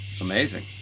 Amazing